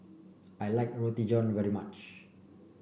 I like Roti John very much